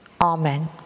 Amen